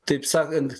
taip sakant